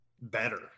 better